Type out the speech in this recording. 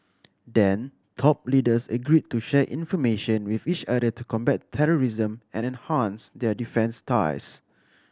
then top leaders agreed to share information with each other to combat terrorism and enhance their defence ties